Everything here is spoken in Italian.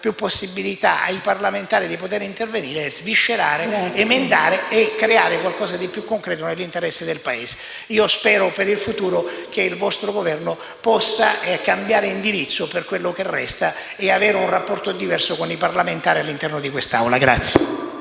più possibilità ai parlamentari di intervenire, sviscerare, emendare e creare qualcosa di più concreto nell'interesse del Paese. Spero per il futuro che il vostro Governo possa cambiare indirizzo, per il tempo che resta, e avere un rapporto diverso con i parlamentari all'interno di quest'Aula.